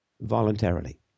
voluntarily